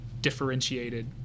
differentiated